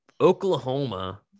Oklahoma